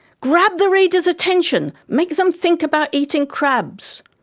grab the reader's attention. make them think about eating crabs!